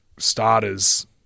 starters